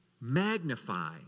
magnify